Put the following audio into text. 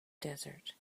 desert